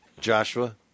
Joshua